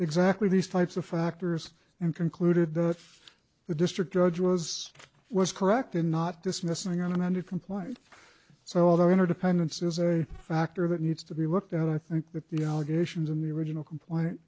exactly these types of factors and concluded that the district judge was was correct in not dismissing on under compliant so although interdependence is a factor that needs to be looked at i think that the allegations in the original complaint